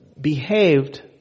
behaved